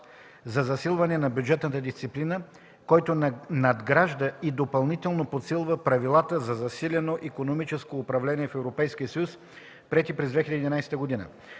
за засилване на бюджетната дисциплина, който надгражда и допълнително подсилва правилата за засилено икономическо управление в ЕС, приети през 2011 г.